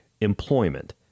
employment